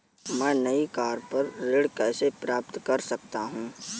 मैं नई कार पर ऋण कैसे प्राप्त कर सकता हूँ?